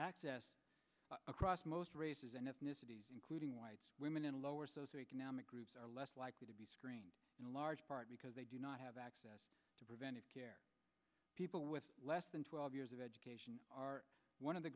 access across most races and ethnicities including white women in lower socio economic groups are less likely to be screened in large part because they do not have access to preventive care people with less than twelve years of education are one of the